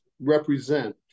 represent